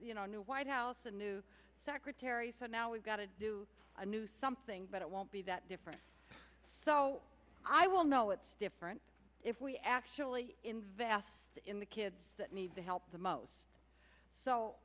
a new white house a new secretary so now we've got to do a new something but it won't be that different so i will know it's different if we actually invest in the kids that need the help the most so